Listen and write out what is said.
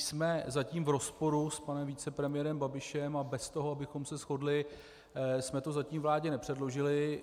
Jsme zatím v rozporu s panem vicepremiérem Babišem a bez toho, abychom se shodli, jsme to zatím vládě nepředložili.